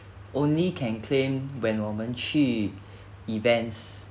only can claim when 我们去 events